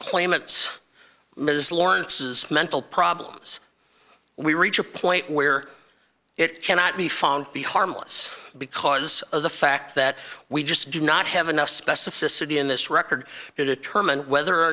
claimants ms lawrence's mental problems we reach a point where it cannot be found to be harmless because of the fact that we just do not have enough specificity in this record to determine whether or